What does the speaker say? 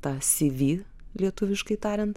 tą cv lietuviškai tariant